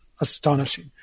astonishing